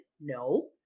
No